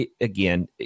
Again